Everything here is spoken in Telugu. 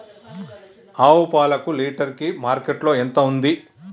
ఆవు పాలకు లీటర్ కి మార్కెట్ లో ఎంత ఉంది?